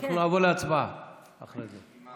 נעבור להצבעה אחרי זה.